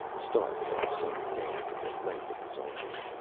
stark had sunk down to the length of his arms.